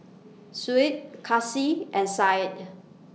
Shuib Kasih and Said